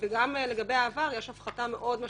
וגם לגבי העבר יש הפחתה מאוד משמעותית.